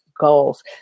goals